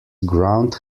ground